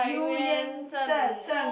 Eu Yan San Sang